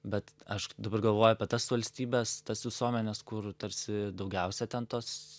bet aš dabar galvoju apie tas valstybes tas visuomenes kur tarsi daugiausia ten tos